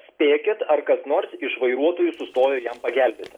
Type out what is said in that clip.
spėkit ar kas nors iš vairuotojų sustojo jam pagelbėti